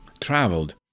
traveled